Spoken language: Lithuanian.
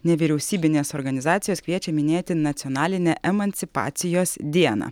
nevyriausybinės organizacijos kviečia minėti nacionalinę emancipacijos dieną